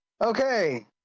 okay